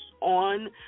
on